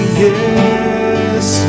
yes